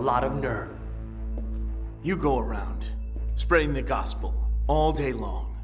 lot of anger you go around spreading the gospel all day long